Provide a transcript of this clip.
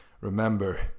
Remember